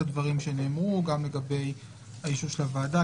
הדברים שנאמרו גם לגבי האישור של הוועדה,